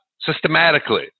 systematically